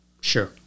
Sure